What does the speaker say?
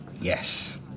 yes